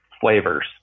flavors